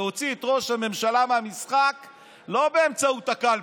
להוציא את ראש הממשלה מהמשחק לא באמצעות הקלפי.